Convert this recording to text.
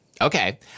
Okay